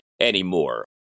anymore